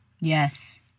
Yes